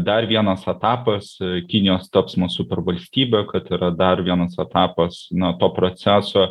dar vienas etapas kinijos tapsmo supervalstybe kad yra dar vienas etapas na to proceso